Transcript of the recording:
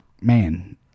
Man